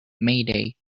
mayday